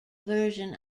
version